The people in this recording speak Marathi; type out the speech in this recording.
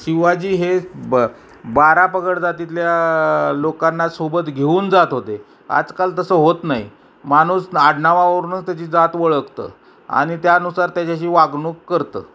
शिवाजी हे ब बारा पगड जातीतल्या लोकांना सोबत घेऊन जात होते आजकाल तसं होत नाही माणूस आडनावावरूनच त्याची जात ओळखतं आणि त्यानुसार त्याच्याशी वागणूक करतं